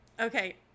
Okay